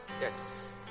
yes